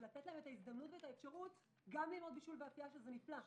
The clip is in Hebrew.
ולתת להם את ההזדמנות ואת האפשרות ללמוד גם בישול ואפייה שזה נפלא,